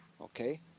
Okay